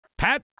Pat